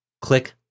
click